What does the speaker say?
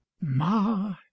Ma